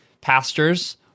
pastors